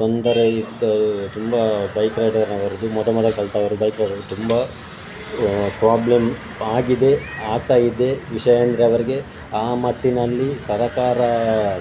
ತೊಂದರೆ ಇದ್ದ ತುಂಬ ಬೈಕ್ ರೈಡರಿನವರು ಮೊದ ಮೊದಲು ಕಲಿತವರು ಬೈಕ್ ರೈಡರ್ ತುಂಬ ಪ್ರಾಬ್ಲಮ್ ಆಗಿದೆ ಆಗ್ತಾಯಿದೆ ವಿಷಯ ಅಂದರೆ ಅವರಿಗೆ ಆ ಮಟ್ಟಿನಲ್ಲಿ ಸರಕಾರ